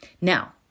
Now